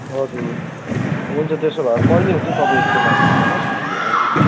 हजुर हुन्छ त्यसो भए कहिले हुन्छ तपाईँ एकपल्ट हामीलाई भन्नुहोस् हामी आउँछौँ नि